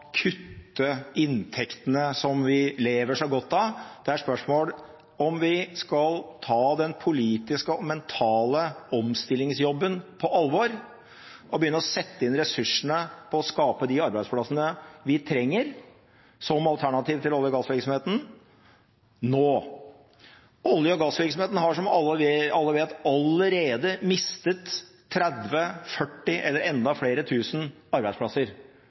kutte inntektene som vi lever så godt av – det er spørsmål om vi skal ta den politiske og mentale omstillingsjobben på alvor, og begynne å sette inn ressursene på å skape de arbeidsplassene vi trenger som alternativ til olje- og gassvirksomheten, nå. Olje- og gassvirksomheten har, som alle vet, allerede mistet 30 000–40 000, eller enda flere, arbeidsplasser